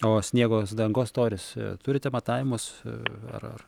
o sniegos dangos storis turite matavimus ar ar